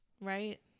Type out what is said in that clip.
Right